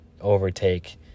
overtake